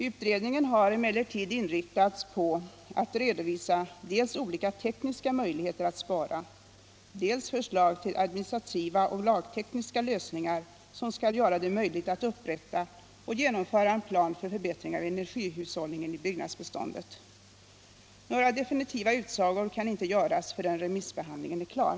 Utredningen har emellertid inriktats på att redovisa dels olika tekniska möjligheter att spara, dels förslag till administrativa och lagtekniska lösningar som skall göra det möjligt att upprätta och genomföra en plan för förbättring av energihushållningen i byggnadsbeståndet. Några definitiva utsagor kan inte göras förrän remissbehandlingen är klar.